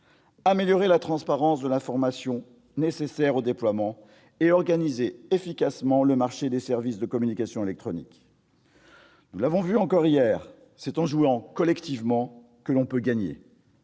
améliorer la transparence de l'information nécessaire au déploiement et organiser efficacement le marché des services de communications électroniques. Nous l'avons vu encore hier, c'est en jouant collectivement que l'on peut gagner.